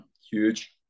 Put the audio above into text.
Huge